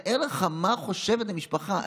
תאר לך מה חושבת המשפחה,